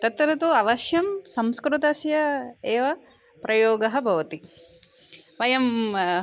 तत्र तु अवश्यं संस्कृतस्य एव प्रयोगः भवति वयम्